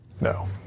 No